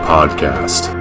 Podcast